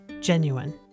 genuine